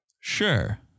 Sure